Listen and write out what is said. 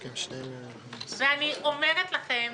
אני אומרת לכם